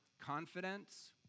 confidence